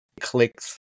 Clicks